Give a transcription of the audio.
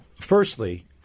Firstly